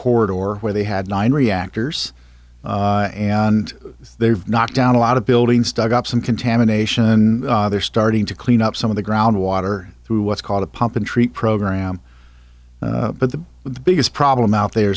corridor or where they had nine reactors and they've knocked down a lot of buildings dug up some contamination they're starting to clean up some of the ground water through what's called a pump and treat program but the biggest problem out there